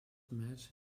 met